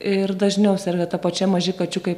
ir dažniau serga ta pačia maži kačiukai